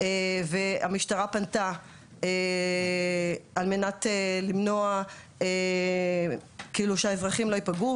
והמשטרה פנתה על מנת למנוע פגיעה באזרחים,